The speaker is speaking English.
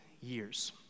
years